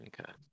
Okay